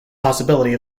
possibility